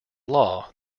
law